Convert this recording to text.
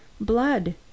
Blood